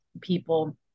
people